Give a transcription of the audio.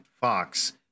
fox